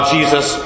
Jesus